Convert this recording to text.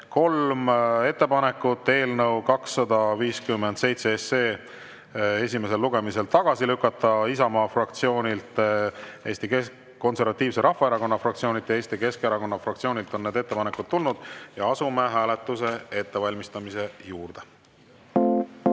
kolm ettepanekut eelnõu 257 esimesel lugemisel tagasi lükata. Isamaa fraktsioonilt, Eesti Konservatiivse Rahvaerakonna fraktsioonilt ja Eesti Keskerakonna fraktsioonilt on need ettepanekud tulnud ja asume hääletuse ettevalmistamise juurde.